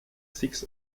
six